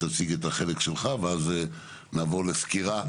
תציג את החלק שלך ואז נעבור לסקירה.